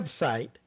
website